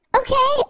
okay